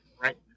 right